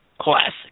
Classic